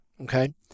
okay